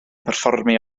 perfformio